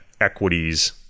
equities